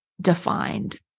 defined